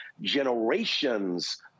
generations